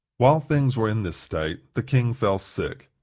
while things were in this state the king fell sick.